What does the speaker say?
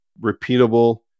repeatable